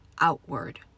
outward